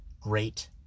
great